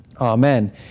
Amen